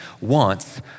wants